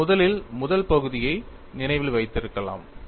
நீங்கள் முதலில் முதல் பகுதியை நினைவில் வைத்திருக்கலாம்